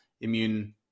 immune